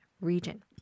region